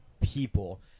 people